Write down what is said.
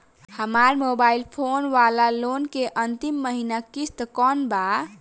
हमार mobile phone वाला loan के अंतिम महिना किश्त कौन बा?